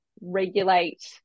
regulate